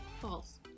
False